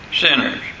sinners